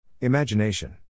Imagination